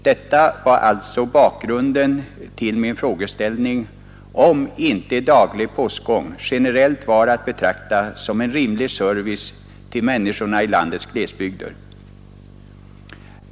Detta var alltså bakgrunden till min frågeställning, om inte daglig postgång generellt var att betrakta som en rimlig service till människorna i landets glesbygder.